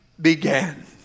began